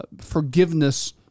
forgiveness